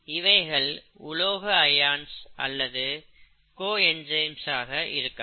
இவைகள் உலோக ஐஆன்ஸ் அல்லது கோ என்சைம்ஸ் ஆக இருக்கலாம்